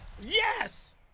Yes